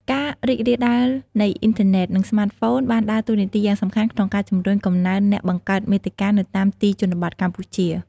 ការរីករាលដាលនៃអ៊ីនធឺណិត និងស្មាតហ្វូនបានដើរតួនាទីយ៉ាងសំខាន់ក្នុងការជំរុញកំណើនអ្នកបង្កើតមាតិកានៅតាមទីជនបទកម្ពុជា។